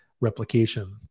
replication